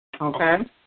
Okay